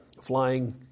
flying